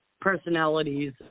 personalities